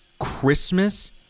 Christmas